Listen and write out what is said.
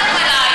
זאת,